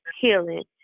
healing